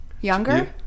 younger